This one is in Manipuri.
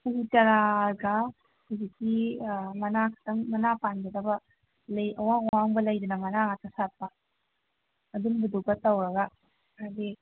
ꯎ ꯆꯔꯥꯒ ꯍꯧꯖꯤꯛꯀꯤ ꯑꯥꯥ ꯃꯅꯥ ꯈꯤꯇꯪ ꯃꯅꯥ ꯄꯥꯟꯒꯗꯕ ꯂꯩ ꯑꯋꯥꯡ ꯑꯋꯥꯡꯕ ꯂꯩꯗꯅ ꯃꯅꯥ ꯉꯥꯛꯇ ꯁꯥꯠꯄ ꯑꯗꯨꯝꯕꯗꯨꯒ ꯇꯧꯔꯒ ꯍꯥꯏꯗꯤ